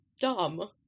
dumb